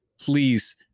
please